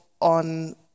on